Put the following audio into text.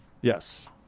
Yes